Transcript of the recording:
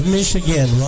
Michigan